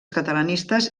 catalanistes